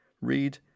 Read